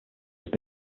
have